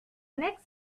next